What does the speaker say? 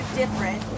different